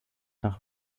nach